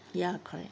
ya correct